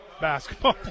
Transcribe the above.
basketball